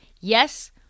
Yes